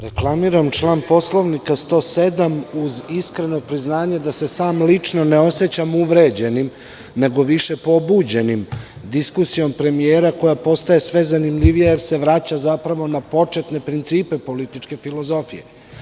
Reklamiram član poslovnika 107. uz iskreno priznanje da se sam lično ne osećam uvređenim nego više pobuđenim diskusijom premijera koja postaje sve zanimljivija jer se vraća zapravo na početne principe političke filozofije.